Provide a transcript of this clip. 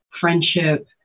friendship